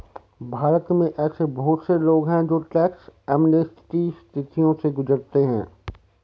भारत में ऐसे बहुत से लोग हैं जो टैक्स एमनेस्टी स्थितियों से गुजरते हैं